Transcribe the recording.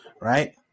Right